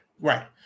right